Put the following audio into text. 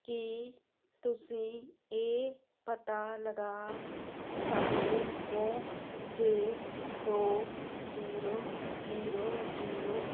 ਕੀ ਤੁਸੀਂਂ ਇਹ ਪਤਾ ਲਗਾ ਸਕਦੇ ਹੋ ਜੇ ਦੋ ਜੀਰੋ ਜੀਰੋ ਜੀਰੋ